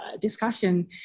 discussion